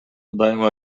дайыма